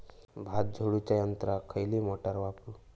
भात झोडूच्या यंत्राक खयली मोटार वापरू?